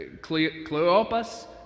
Cleopas